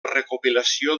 recopilació